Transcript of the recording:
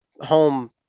home